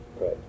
Right